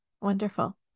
Wonderful